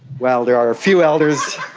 well, there are a few elders,